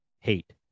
hate